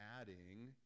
adding